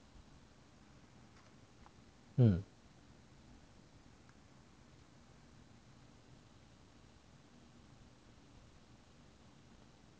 嗯